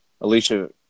Alicia